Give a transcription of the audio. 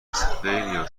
خیلیا